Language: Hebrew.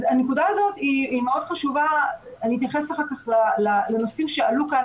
אז הנקודה הזאת מאוד חשובה ואני אתייחס אחר כך לנושאים שעלו כאן,